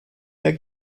der